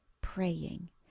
praying